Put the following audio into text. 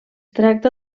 tracta